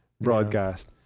broadcast